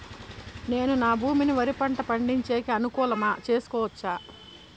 నేను నా భూమిని వరి పంట పండించేకి అనుకూలమా చేసుకోవచ్చా?